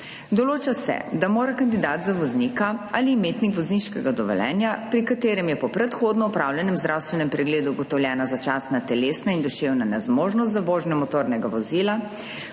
Določa se, da mora kandidat za voznika ali imetnik vozniškega dovoljenja, pri katerem je po predhodno opravljenem zdravstvenem pregledu ugotovljena začasna telesna in duševna nezmožnost za vožnjo motornega vozila,